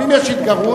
פעמים יש התגרות,